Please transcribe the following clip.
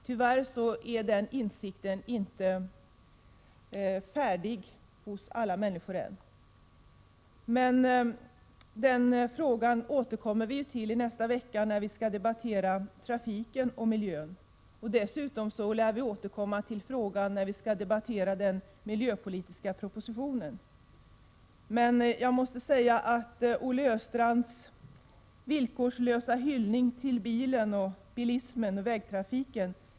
Tyvärr har ännu inte alla människor kommit fram till den insikten, men det är en fråga som vi får återkomma till nästa vecka, när vi skall debattera frågorna om trafiken och miljön, och då vi skall behandla den miljöpolitiska propositionen. Men jag måste säga att jag inte kan dela Olle Östrands villkorslösa hyllning till bilen, bilismen och vägtrafiken.